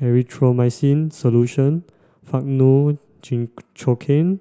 Erythroymycin Solution Faktu Cinchocaine